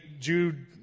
Jude